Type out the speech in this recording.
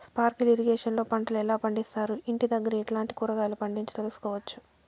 Sprinkle irrigation లో పంటలు ఎలా పండిస్తారు, ఇంటి దగ్గరే ఎట్లాంటి కూరగాయలు పండించు తెలుసుకోవచ్చు?